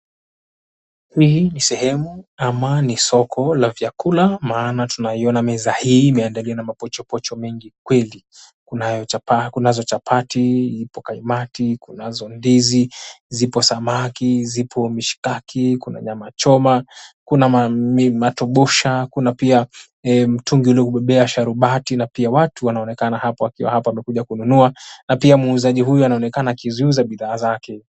Hii ni sehemu ama ni soko la vyakula maana tunaiona meza hii imeandaliwa na mapochopocho mengi kweli. Kunazo chapati, ipo kaimati, kunazo ndizi, zipo samaki, zipo mishikaki, kuna nyama choma, kuna matobosha, kuna pia mtungi uliobebea sharubati na pia watu wanaonekana hapa wakiwa hapa wamekuja kununua na pia muuzaji huyu anaonekana akiziuza bidhaa zake.